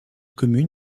communes